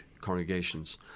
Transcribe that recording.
congregations